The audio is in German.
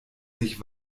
sich